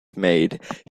made